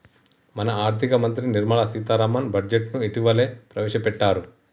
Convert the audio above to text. మన ఆర్థిక మంత్రి నిర్మల సీతారామన్ బడ్జెట్ను ఇటీవలనే ప్రవేశపెట్టారు